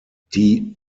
die